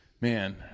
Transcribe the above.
man